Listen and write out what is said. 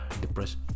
depressed